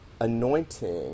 anointing